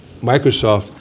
Microsoft